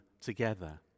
together